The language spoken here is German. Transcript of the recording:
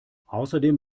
außerdem